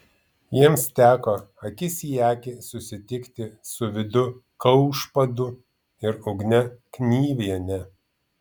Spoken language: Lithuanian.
jiems teko akis į akį susitikti su vidu kaušpadu ir ugne knyviene